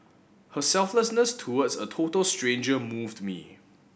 her selflessness towards a total stranger moved me